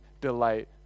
delight